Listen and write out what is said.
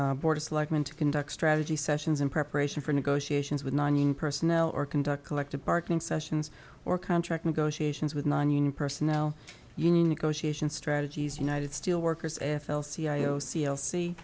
to conduct strategy sessions in preparation for negotiations with personnel or conduct collective bargaining sessions or contract negotiations with nonunion personnel union negotiation strategies united steelworkers f l c i o c l c